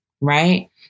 Right